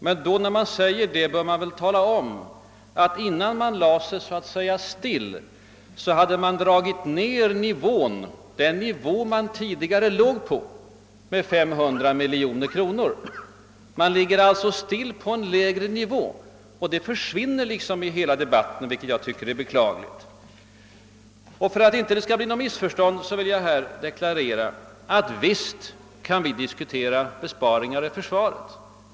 Men när man säger detta bör man väl tala om att man innan man »lade sig still», hade sänkt den anslagsnivå man tidigare legat på med omkring 500 miljoner kronor. Man lägger sig alltså på en lägre nivå, men detta trollar man bort i redovisningen, vilket jag finner allvarligt. För att det inte skall bli något missförstånd vill jag framhålla, att visst kan även vi diskutera besparingar beträffande försvaret.